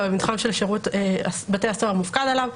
אלא במתחם ששירות בתי הסוהר מופקד עליו,